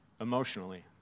emotionally